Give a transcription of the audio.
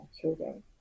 children